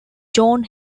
john